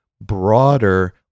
broader